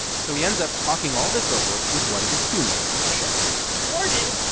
so he ends up talking all this over with one of the humans on the show gordon,